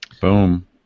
Boom